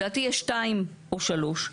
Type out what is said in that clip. לדעתי יש שתיים או שלוש.